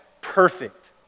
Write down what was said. perfect